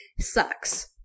sucks